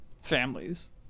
families